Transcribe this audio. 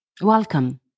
Welcome